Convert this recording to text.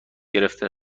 گرفته